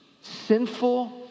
sinful